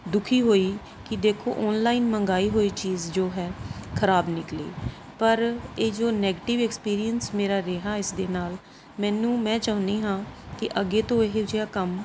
ਦੁਖੀ ਹੋਈ ਕਿ ਦੇਖੋ ਔਨਲਾਈਨ ਮੰਗਾਈ ਹੋਈ ਚੀਜ਼ ਜੋ ਹੈ ਖਰਾਬ ਨਿਕਲੀ ਪਰ ਇਹ ਜੋ ਨੈਗਟਿਵ ਐਕਸਪੀਰੀਅਸ ਮੇਰਾ ਰਿਹਾ ਇਸ ਦੇ ਨਾਲ ਮੈਨੂੰ ਮੈਂ ਚਾਹੁੰਦੀ ਹਾਂ ਕਿ ਅੱਗੇ ਤੋਂ ਇਹੋ ਜਿਹਾ ਕੰਮ